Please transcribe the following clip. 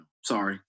Sorry